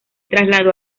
trasladó